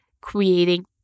creating